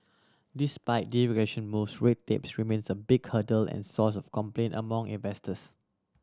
despite deregulation moves red tape remains a big hurdle and source of complaint among investors